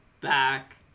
back